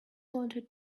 wanted